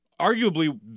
Arguably